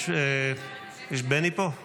הצבעה שמית.